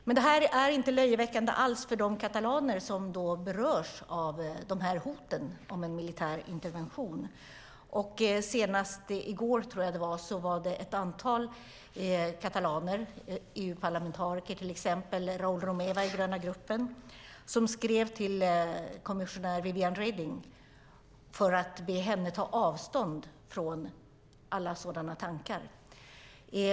Men det här är inte löjeväckande alls för de katalaner som berörs av hoten om en militär intervention. Senast i går var det ett antal katalaner, till exempel EU-parlamentarikern Raúl Romeva i den gröna gruppen, som skrev till kommissionären Viviane Reding för att be henne att ta avstånd från alla sådana tankar.